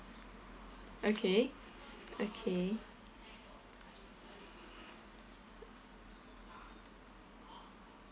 okay okay